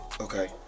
Okay